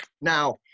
Now